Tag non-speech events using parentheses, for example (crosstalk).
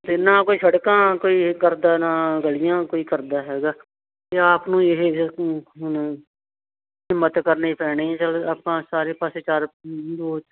ਅਤੇ ਨਾ ਕੋਈ ਸੜਕਾਂ ਕੋਈ ਕਰਦਾ ਨਾ ਗਲੀਆਂ ਕੋਈ ਕਰਦਾ ਹੈਗਾ ਅਤੇ ਆਪ ਨੂੰ ਇਹ (unintelligible) ਹਿੰਮਤ ਕਰਨੀ ਪੈਣੀ ਆਪਾਂ ਸਾਰੇ ਪਾਸੇ ਕਰ (unintelligible)